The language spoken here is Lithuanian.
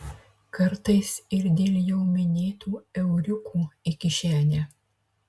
kartais ir dėl jau minėtų euriukų į kišenę